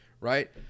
right